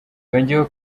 yongeyeho